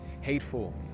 hateful